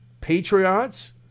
patriots